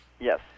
Yes